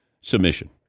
submission